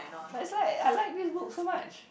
but it's like I like this book so much